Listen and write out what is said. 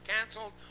canceled